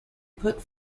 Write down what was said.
put